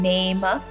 Name